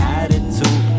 attitude